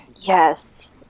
Yes